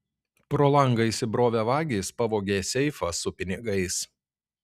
pro langą įsibrovę vagys pavogė seifą su pinigais